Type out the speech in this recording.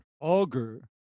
auger